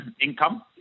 income